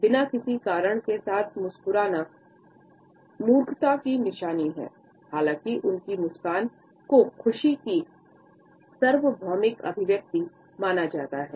बिना किसी कारण के साथ मुस्कुराना मूर्खता की निशानी है हालांकि उनकी मुस्कान को खुशी की सार्वभौमिक अभिव्यक्ति माना जाता है